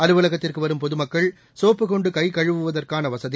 அலுவலகத்திற்கு வரும் பொதுமக்கள் சோப்பு கொண்டு கை கழுவுவதற்கான வசதி